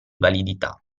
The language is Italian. validità